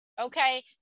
okay